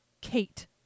Kate